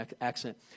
accent